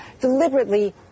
deliberately